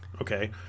okay